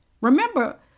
Remember